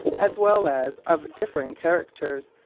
as well as of differing characters,